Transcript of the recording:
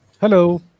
Hello